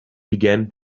began